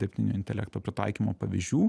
dirbtinio intelekto pritaikymo pavyzdžių